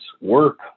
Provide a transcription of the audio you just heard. work